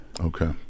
Okay